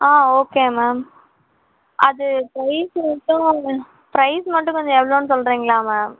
ஆ okay ma'am அது price மட்டும் price மட்டும் கொஞ்சம் எவ்வளோன்னு சொல்கிறீங்களா மேம்